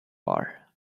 are